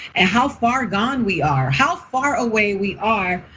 and how far gone we are. how far away we are,